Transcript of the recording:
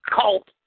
cult